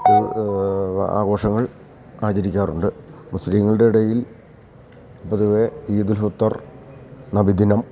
ആഘോഷങ്ങൾ ആചരിക്കാറുണ്ട് മുസ്ലിങ്ങളുടെ ഇടയിൽ പൊതുവേ ഈദുൽഫിത്തർ നബിദിനം